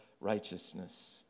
righteousness